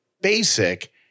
basic